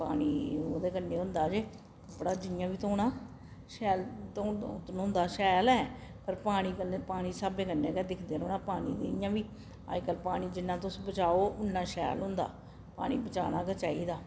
पानी ओह्दे कन्नै होंदा जे कपड़ा जियां बी धोना शैल धलो धनोंदा शैल ऐ पर पानी कन्नै पानी स्हाबै कन्नै गै दिखदे रौह्ना पानी दी इयां बी अज्जकल पानी जिन्ना तुस बचाओ उन्ना शैल होंदा पानी बचाना गै चाहिदा